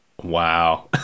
Wow